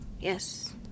Yes